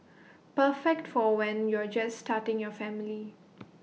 perfect for when you're just starting your family